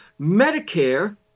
Medicare